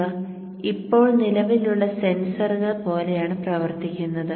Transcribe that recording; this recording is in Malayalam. ഇവ ഇപ്പോൾ നിലവിലുള്ള സെൻസറുകൾ പോലെയാണ് പ്രവർത്തിക്കുന്നത്